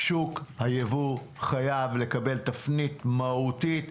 לקבל תפנית מהותית.